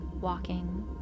walking